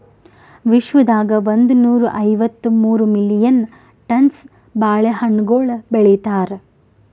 ವಿಶ್ವದಾಗ್ ಒಂದನೂರಾ ಐವತ್ತ ಮೂರು ಮಿಲಿಯನ್ ಟನ್ಸ್ ಬಾಳೆ ಹಣ್ಣುಗೊಳ್ ಬೆಳಿತಾರ್